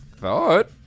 thought